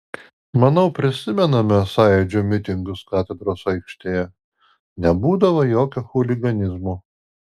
manau prisimename sąjūdžio mitingus katedros aikštėje nebūdavo jokio chuliganizmo